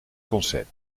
concert